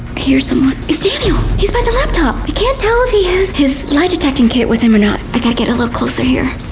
hear someone. it's daniel. he's by the laptop. i but can't tell if he has his lie detecting kit with him or not i gotta get a little closer here.